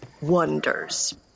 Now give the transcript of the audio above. wonders